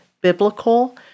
biblical